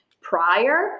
prior